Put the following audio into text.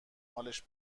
حالش